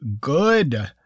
good